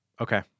Okay